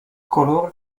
coloro